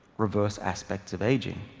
reverse aspects of aging.